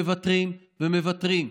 מוותרים ומוותרים.